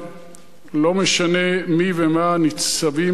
לא משנה מי ומה, ניצבים מעל הכול.